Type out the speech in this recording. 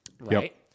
right